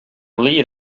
lead